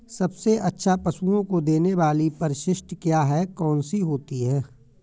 सबसे अच्छा पशुओं को देने वाली परिशिष्ट क्या है? कौन सी होती है?